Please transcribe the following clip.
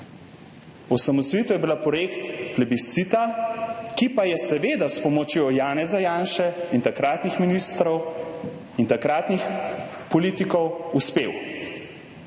Osamosvojitev je bila projekt plebiscita, ki pa je seveda s pomočjo Janeza Janše in takratnih ministrov in takratnih politikov uspel.